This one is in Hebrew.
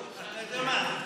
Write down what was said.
חבר הכנסת סגלוביץ', אתה יודע מה?